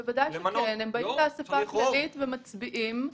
בוודאי שכן, הם באים לאסיפה כללית ומצביעים.